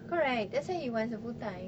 correct that's why he wants a full time